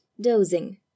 dozing